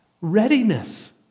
Readiness